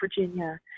Virginia